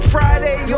Friday